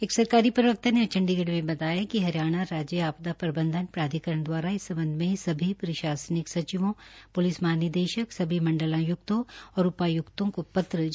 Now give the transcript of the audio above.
एक सरकारी प्रवक्ता ने आज चंडीगढ़ में बताया कि हरियाणा राज्य आपदा प्रबंधन प्राधिकरण दवारा इस संबंध में सभी प्रशासनिक सचिवों प्लिस महानिदेशक सभी मंडलाय्क्तों और उपाय्क्तों को पत्र जारी किया गया है